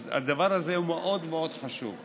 אז הדבר הזה הוא מאוד מאוד חשוב.